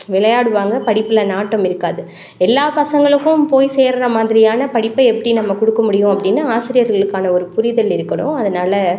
விளையாடுவாங்க படிப்பில் நாட்டம் இருக்காது எல்லா பசங்களுக்கும் போய் சேருகிற மாதிரியான படிப்பை எப்படி நம்ம கொடுக்க முடியும் அப்படினு ஆசிரியர்களுக்கான ஒரு புரிதல் இருக்கணும் அதனால்